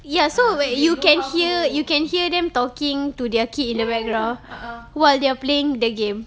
ya so wait you can hear you can hear them talking to their kid in the background while they're playing the game